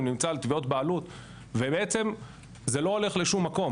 נמצא על תביעות בעלות ובעצם זה לא הולך לשום מקום.